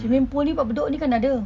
swimming pool ni dekat bedok ni kan ada